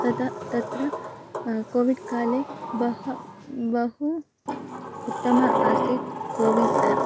तथा तत्र कोविड् काले बहु बहु उत्तमम् आसीत् कोविन् याप्